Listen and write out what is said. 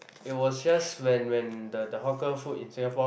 it was just when when the the hawker food in Singapore